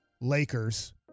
Lakers